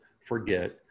forget